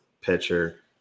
pitcher